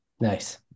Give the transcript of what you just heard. Nice